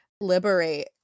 liberate